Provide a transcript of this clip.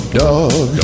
dog